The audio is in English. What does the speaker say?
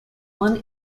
one